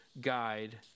guide